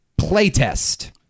Playtest